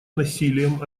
насилием